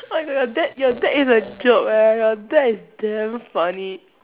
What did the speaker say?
oh my god your dad your dad is a joke leh your dad is damn funny